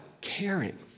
caring